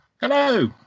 Hello